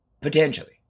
potentially